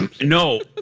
no